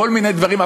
בכל מיני דברים,